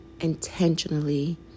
intentionally